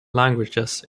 languages